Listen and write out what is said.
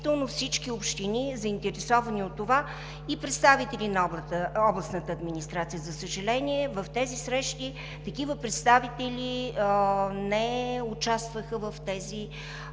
всички общини, заинтересовани от това, и представители на областната администрация. За съжаление, в тези срещи такива представители не участваха в тези